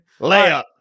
Layup